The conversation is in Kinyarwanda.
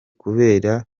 kubera